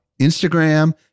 Instagram